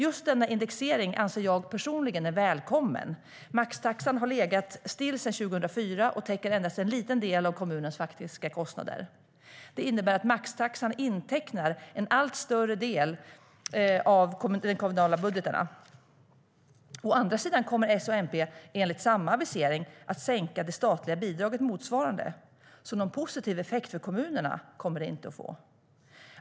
Just denna indexering anser jag personligen är välkommen. Maxtaxan har legat stilla sedan 2004 och täcker endast en liten del av kommunernas faktiska kostnader. Det innebär att maxtaxan intecknar en allt större del av de kommunala budgetarna. Å andra sidan kommer S och MP enligt samma avisering att sänka det statliga bidraget på motsvarande sätt, så någon positiv effekt för kommunerna kommer det inte att få.